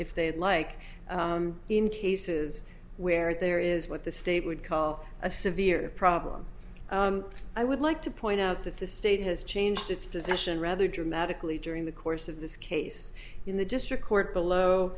if they like in cases where there is what the state would call a severe problem i would like to point out that the state has changed its position rather dramatically during the course of this case in the district court below